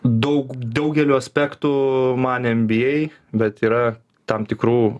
daug daugeliu aspektų man nba bet yra tam tikrų